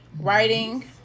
writing